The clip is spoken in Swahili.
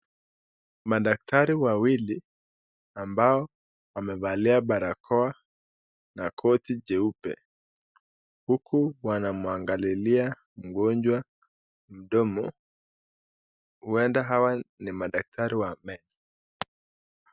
Madaktari wawili amabo wamevalia barakoa na koti jeupe huku wanamwangalilia mgonjwa mdomo. Huenda hawa ni madaktari wa meno.